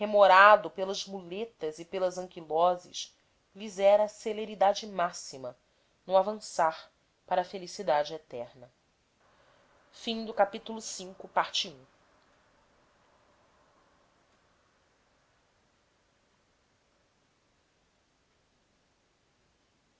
remorado pelas muletas e pelas anquiloses lhes era a celeridade máxima no avançar para a felicidade eterna o